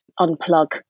unplug